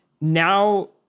Now